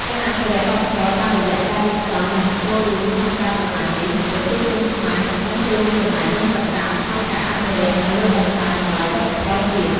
ការអភិរក្សវប្បធម៌ តាមរយៈការរៀបចំ និងចូលរួមក្នុងការប្រណាំងនេះ ប្រជាជនខ្មែរកំពុងចូលរួមចំណែកយ៉ាងសកម្មក្នុងការអភិរក្ស និងលើកតម្កើងតម្លៃវប្បធម៌ជាតិ។